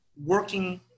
working